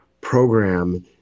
program